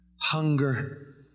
Hunger